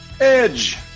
edge